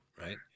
right